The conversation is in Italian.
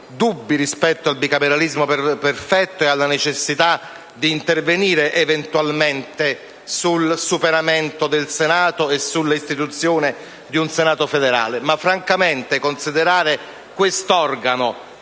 dubbi rispetto al bicameralismo perfetto e alla necessità di intervenire, eventualmente, sul superamento del Senato e sulla istituzione di un Senato federale. Francamente, però, considerare questo organo,